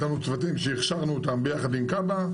יש לנו צוותים שהכשרנו אותם ביחד עם כב"ה,